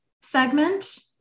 segment